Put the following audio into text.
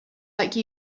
like